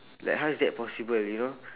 like how is that possible you know